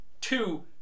two